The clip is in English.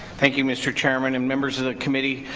thank you mr. chairman and members of the committee.